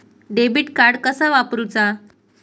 Debit card कसा वापरुचा?